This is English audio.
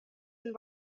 and